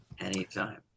Anytime